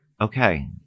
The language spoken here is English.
Okay